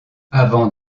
avant